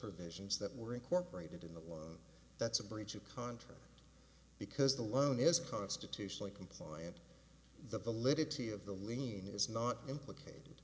provisions that were incorporated in the loan that's a breach of contract because the loan is constitutionally compliant the validity of the lien is not implicated